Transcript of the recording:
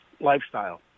lifestyle